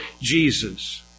Jesus